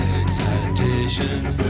excitations